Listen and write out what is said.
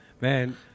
Man